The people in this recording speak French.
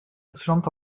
excellent